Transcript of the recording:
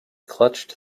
clutched